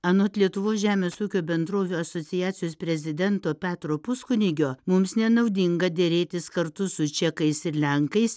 anot lietuvos žemės ūkio bendrovių asociacijos prezidento petro puskunigio mums nenaudinga derėtis kartu su čekais ir lenkais